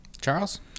Charles